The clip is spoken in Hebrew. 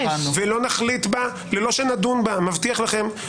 לא נחליט בה לפני שנדון בה, מבטיח לכם.